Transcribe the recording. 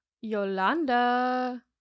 Yolanda